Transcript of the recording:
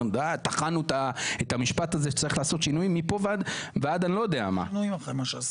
טחנו את המשפט הזה מפה והלאה,